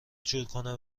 جورکنه